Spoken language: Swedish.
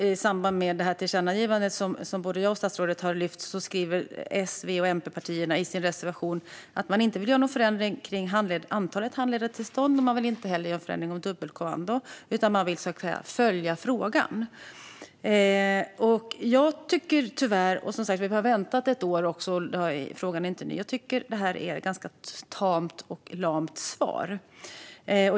I samband med årets tillkännagivande, som både statsrådet och jag har lyft fram, skriver S-V-MP-partierna i sin reservation att man inte vill göra någon förändring i antalet handledartillstånd, och man vill inte heller göra någon förändring i fråga om dubbelkommando, utan man vill "följa" frågan. Vi har också väntat ett år, så frågan är inte ny. Men tyvärr tycker jag att det här är ett tamt och lamt svar.